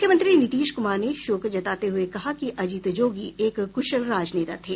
मुख्यमंत्री नीतीश कुमार ने शोक जताते हुए कहा है कि अजित जोगी एक कुशल राजनेता थे